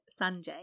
Sanjay